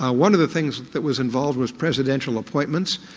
ah one of the things that was involved was presidential appointments.